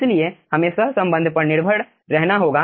इसलिए हमें सहसंबंध पर निर्भर रहना होगा